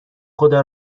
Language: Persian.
خدا